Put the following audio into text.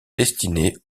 destiné